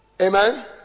Amen